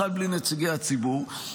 בכלל בלי נציגי הציבור.